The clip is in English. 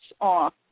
off